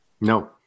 No